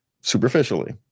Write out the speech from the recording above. superficially